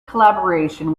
collaboration